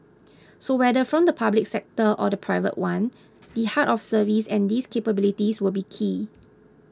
so whether from the public sector or the private one the heart of service and these capabilities will be key